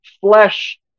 flesh